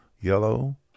yellow